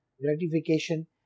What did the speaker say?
gratification